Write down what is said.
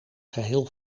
geheel